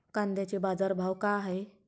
कांद्याचे बाजार भाव का हाये?